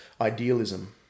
idealism